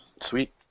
Sweet